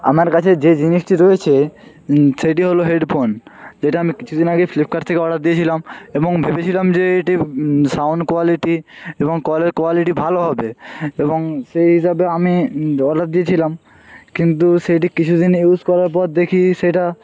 আমার কাছে যে জিনিসটি রয়েছে সেটি হলো হেডফোন যেটা আমি কিছুদিন আগেই ফ্লিপকার্ট থেকে অর্ডার দিয়েছিলাম এবং ভেবেছিলাম যে এটির সাউন্ড কোয়ালিটি এবং কলের কোয়ালিটি ভালো হবে এবং সেই হিসাবে আমি অর্ডার দিয়েছিলাম কিন্তু সেটি কিছুদিন ইউজ করার পর দেখি সেটা